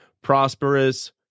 prosperous